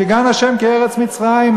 "כגן ה' כארץ מצרים".